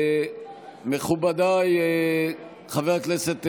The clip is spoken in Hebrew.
מכובדיי, חבר הכנסת גינזבורג,